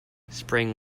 spring